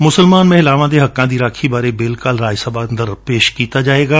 ਮੁਸਲਮਾਨ ਮਹਿਲਾਵਾਂ ਦੇ ਹੱਕਾਂ ਦੀ ਰਾਖੀ ਬਾਰੇ ਬਿੱਲ ਕੱਲ੍ਜ ਰਾਜ ਸਭਾ ਵਿਚ ਪੇਸ਼ ਕੀਤਾ ਜਾਵੇਗਾ